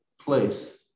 place